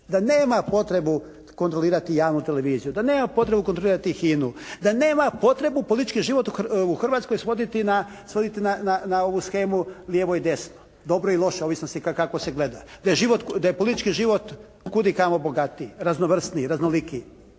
Da nema potrebu kontrolirati javnu televiziju, da nema potrebu kontrolirati HINA-u, da nema potrebu u politički život u Hrvatskoj svoditi na ovu shemu lijevo i desno, dobro i loše. Ovisno kako se gleda. Da je politički život kudikamo bogatiji. Raznovrsniji, raznolikiji.